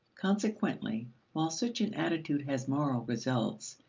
consequently while such an attitude has moral results,